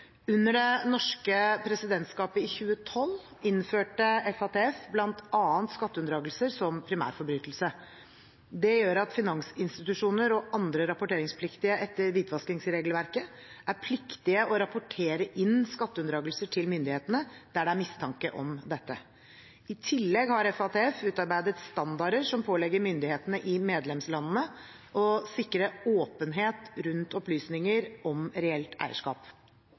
Under det norske presidentskapet i 2012/2013 innførte FATF bl.a. skatteunndragelser som primærforbrytelse. Det gjør at finansinstitusjoner og andre rapporteringspliktige etter hvitvaskingsregelverket er pliktige å rapportere inn skatteunndragelser til myndighetene der det er mistanke om dette. I tillegg har FATF utarbeidet standarder som pålegger myndighetene i medlemslandene å sikre åpenhet rundt opplysninger om reelt eierskap.